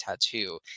tattoo